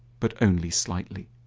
but only slightly.